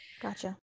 Gotcha